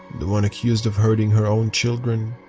the one accused of hurting her own children.